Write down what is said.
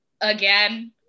again